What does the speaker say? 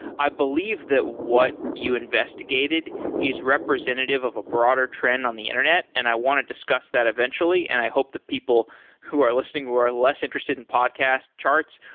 i believe that what you investigated is representative of a broader trend on the internet and i want to discuss that eventually and i hope the people who are listening were less interested in podcast charts.